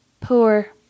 poor